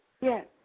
Yes